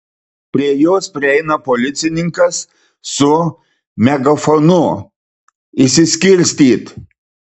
prie jos prieina policininkas su megafonu išsiskirstyt